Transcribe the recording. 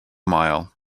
mile